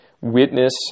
witness